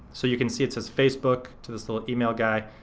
so you can see it says facebook to this little email guy.